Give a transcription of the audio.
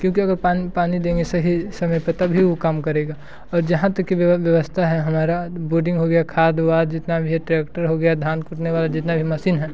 क्योंकि पान पानी देने से ही समय पर तभी वह काम करेगा और जहाँ तक कि व्यवस्था है हमारा बोर्डिंग हो गया खाद वाद जितना भी है ट्रेक्टर हो गया धान कूटने वाला जितना भी मसीन है